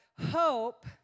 hope